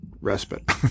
respite